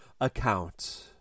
account